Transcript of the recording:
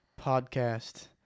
podcast